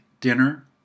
dinner